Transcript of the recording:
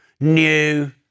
new